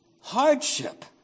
Hardship